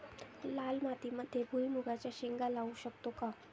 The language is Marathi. लाल मातीमध्ये भुईमुगाच्या शेंगा लावू शकतो का?